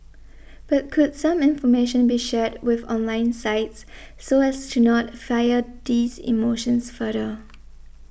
but could some information be shared with online sites so as to not fire these emotions further